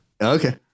Okay